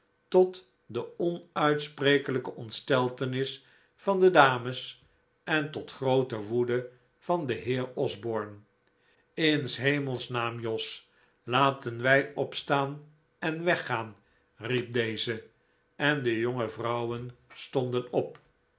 tot de onuitsprekelijke ontsteltenis van de dames en tot groote woede van den heer osborne in s hemelsnaam jos laten wij opstaan en weggaan riep deze en de jonge vrouwen stonden op